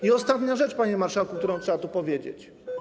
I ostatnia rzecz, panie marszałku, którą trzeba tu powiedzieć.